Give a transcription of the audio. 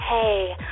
hey